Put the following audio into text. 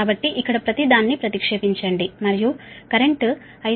కాబట్టి ఇక్కడ ప్రతిదాన్ని ప్రతిక్షేపించండి మరియు కరెంటు 551